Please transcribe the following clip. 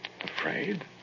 Afraid